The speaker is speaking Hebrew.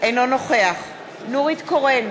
נגד נורית קורן,